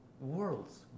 worlds